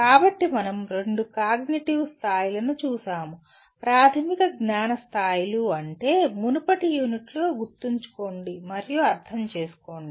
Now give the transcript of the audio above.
కాబట్టి మనం రెండు కాగ్నిటివ్ స్థాయిలను చూశాము ప్రాథమిక జ్ఞాన స్థాయిలు అంటే మునుపటి యూనిట్లో గుర్తుంచుకోండి మరియు అర్థం చేసుకోండి